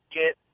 get